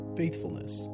faithfulness